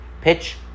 Pitch